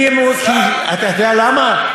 אתה יודע למה?